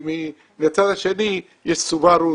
ובצד השני יש סובארו,